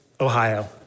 Ohio